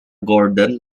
gordon